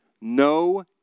No